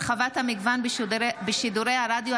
הרחבת המגוון בשידורי הרדיו),